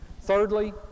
Thirdly